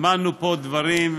שמענו פה דברים,